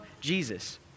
Jesus